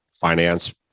finance